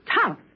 tough